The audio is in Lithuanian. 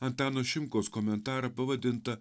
antano šimkaus komentarą pavadintą